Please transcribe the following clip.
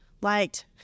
liked